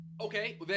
Okay